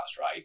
Right